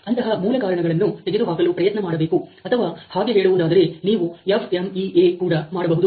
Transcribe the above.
ಅಂತಹ ಮೂಲಕಾರಣಗಳನ್ನು ತೆಗೆದುಹಾಕಲು ಪ್ರಯತ್ನ ಮಾಡಬೇಕು ಅಥವಾ ಹಾಗೆ ಹೇಳುವುದಾದರೆ ನೀವು FMEA ಕೂಡ ಮಾಡಬಹುದು